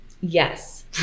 Yes